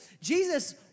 Jesus